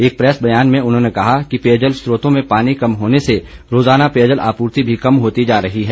एक प्रैस बयान में उन्होंने कहा है कि पेयजल स्रोतों में पानी कम होने से रोज़ाना पेयजल आपूर्ति भी कम होती जा रही है